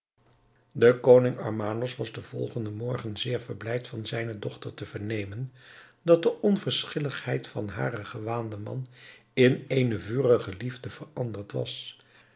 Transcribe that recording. de koning armanos was den volgenden morgen zeer verblijd van zijne dochter te vernemen dat de onverschilligheid van haren gewaanden man in eene vurige liefde veranderd was